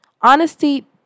Honesty